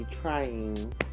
trying